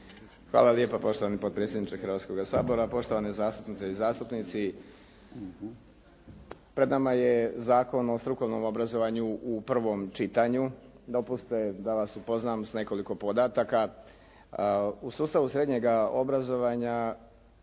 Hvala lijepa poštovani potpredsjedniče Hrvatskoga sabora. Poštovane zastupnice i zastupnici pred nama je Zakon o strukovnom obrazovanju u prvom čitanju, dopustite da vas upoznam s nekoliko podataka. U sustavu srednjega obrazovanja